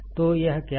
तो वह क्या है